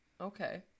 Okay